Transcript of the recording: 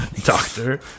Doctor